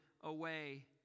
away